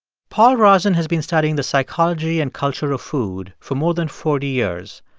paul rozin has been studying the psychology and culture of food for more than forty years.